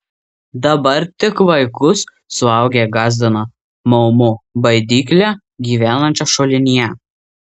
dabar tik vaikus suaugę gąsdina maumu baidykle gyvenančia šulinyje